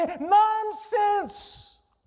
Nonsense